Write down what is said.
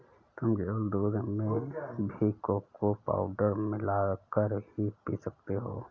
तुम केवल दूध में भी कोको पाउडर मिला कर पी सकते हो